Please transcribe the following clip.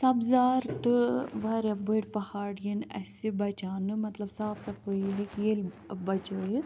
سَبزار تہٕ واریاہ بٔڑۍ پہاڑ یِنۍ اسہِ بَچاونہٕ مطلب صاف صفٲیی لایک ییٚلہِ بَچٲیِتھ